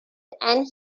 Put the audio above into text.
and